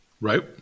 Right